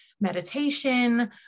meditation